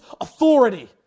authority